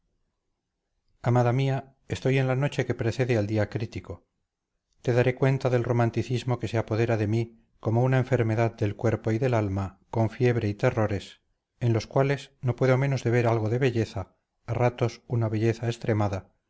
amada mía estoy en la noche que precede al día crítico te daré cuenta del romanticismo que se apodera de mí como una enfermedad del cuerpo y del alma con fiebre y terrores en los cuales no puedo menos de ver algo de belleza a ratos una belleza extremada